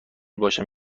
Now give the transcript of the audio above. باشم